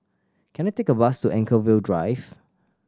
can I take a bus to Anchorvale Drive